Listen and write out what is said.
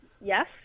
yes